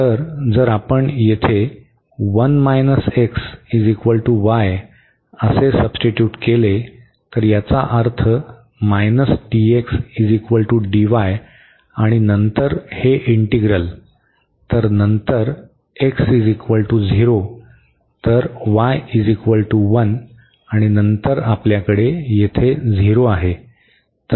तर जर आपण येथे 1 x y असे सबस्टिट्युट केले तर याचा अर्थ dx dy आणि नंतर हे इंटीग्रल तर नंतर x 0 तर y 1 आणि नंतर आपल्याकडे येथे 0 आहे